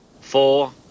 four